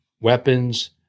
weapons